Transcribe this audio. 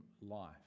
life